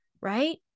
right